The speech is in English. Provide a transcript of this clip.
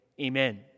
Amen